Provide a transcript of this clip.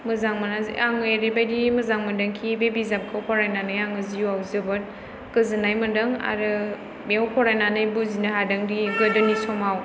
मोजां मोनो जे आं एरैबादि मोजां मोनदों खि बे बिजाबखौ फरायनानै आङो जिउआव जोबोद गोजोननाय माेनदों आरो बेयाव फरायनानै बुजिनाे हादों दि गोदोनि समाव